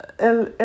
El